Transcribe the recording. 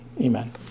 Amen